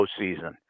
postseason